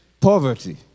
Poverty